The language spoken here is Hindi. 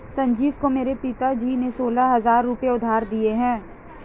संजीव को मेरे पिताजी ने सोलह हजार रुपए उधार दिए हैं